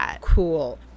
cool